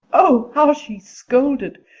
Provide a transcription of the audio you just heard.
oh, how she scolded.